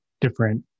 different